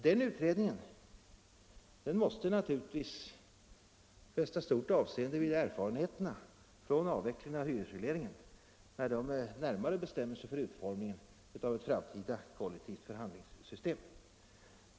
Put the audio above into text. Den utredningen måste naturligtvis fästa stort avseende vid erfarenheterna från avvecklingen av hyresregleringen när den närmare bestämmer sig för utformningen av ett framtida kollektivt förhandlingssystem.